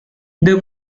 there